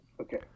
Okay